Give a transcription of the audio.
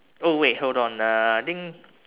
oh wait hold uh I think